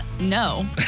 no